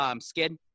skid